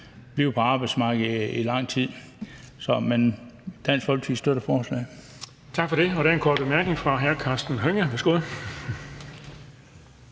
blive på arbejdsmarkedet i lang tid. Men Dansk Folkeparti støtter forslaget.